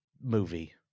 movie